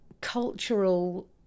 cultural